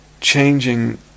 changing